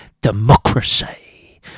democracy